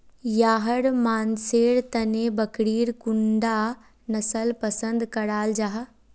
याहर मानसेर तने बकरीर कुंडा नसल पसंद कराल जाहा?